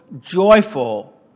joyful